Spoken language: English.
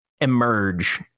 emerge